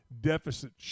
deficit